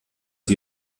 sie